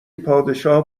پادشاه